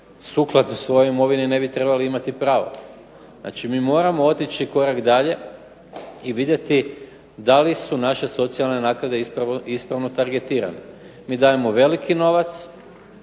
sukladno svojoj imovini ne bi trebali imati pravo. Znači, mi moramo otići korak dalje i vidjeti da li su naše socijalne naknade ispravno targetirane. Mi dajemo veliki novac,